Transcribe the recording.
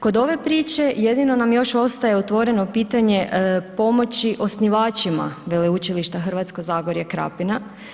Kod ove priče jedino nam još ostaje otvoreno pitanje pomoći osnivačima Veleučilište Hrvatsko zagorje-Krapina.